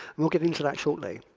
we'll get into that shortly.